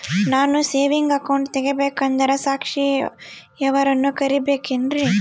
ನಾನು saving account ತೆಗಿಬೇಕಂದರ ಸಾಕ್ಷಿಯವರನ್ನು ಕರಿಬೇಕಿನ್ರಿ?